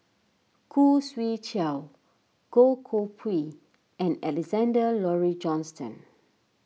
Khoo Swee Chiow Goh Koh Pui and Alexander Laurie Johnston